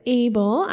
able